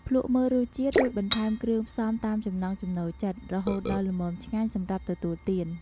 ភ្លក្សមើលរសជាតិ រួចបន្ថែមគ្រឿងផ្សំតាមចំណង់ចំណូលចិត្ត រហូតដល់ល្មមឆ្ងាញ់សម្រាប់ទទួលទាន។